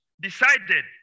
Decided